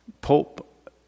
Pope